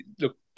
look